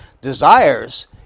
desires